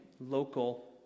local